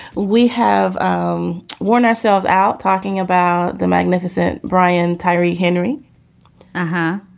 we have um worn ourselves out talking about the magnificent brian tyree henry huh?